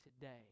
today